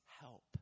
help